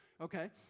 okay